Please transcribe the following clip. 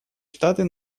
штаты